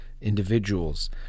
individuals